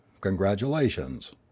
Congratulations